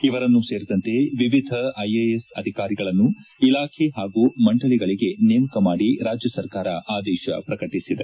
ಇವರನ್ನು ಸೇರಿದಂತೆ ವಿವಿಧ ಐಎಎಸ್ ಅಧಿಕಾರಿಗಳನ್ನು ಇಲಾಖೆ ಹಾಗೂ ಮಂಡಳಿಗಳಿಗೆ ನೇಮಕ ಮಾಡಿ ರಾಜ್ಜ ಸರ್ಕಾರ ಆದೇಶ ಪ್ರಕಟಿಸಿದೆ